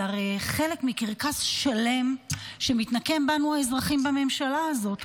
זה הרי חלק מקרקס שלם בממשלה הזאת,